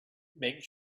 make